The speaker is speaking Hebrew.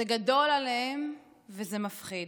זה גדול עליהם וזה מפחיד.